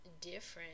different